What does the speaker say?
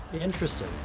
Interesting